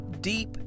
deep